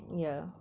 ya